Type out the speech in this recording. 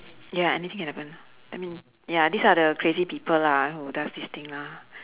ya anything can happen I mean ya this are the crazy people lah who does this thing lah